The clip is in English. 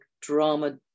drama